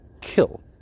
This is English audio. kill